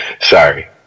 Sorry